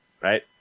right